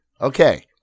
Okay